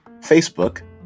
Facebook